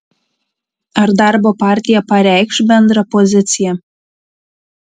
ar darbo partija pareikš bendrą poziciją